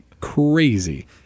crazy